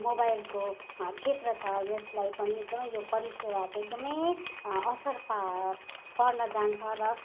यो जुन चाहिँ मोबाइलको क्षेत्र छ यसलाई पनि एकदमै यो परिसेवा चाहिँ एकदमै असर पा पर्न जान्छ र